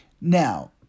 Now